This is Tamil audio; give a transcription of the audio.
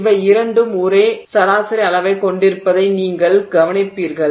இவை இரண்டும் ஒரே சராசரி அளவைக் கொண்டிருப்பதை நீங்கள் கவனிப்பீர்கள்